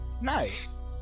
Nice